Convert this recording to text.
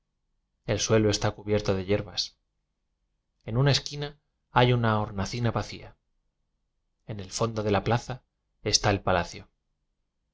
el suelo está cubierto de yerbas en una esquina hay una hornacina vacía en el fondo de la plaza está el palacio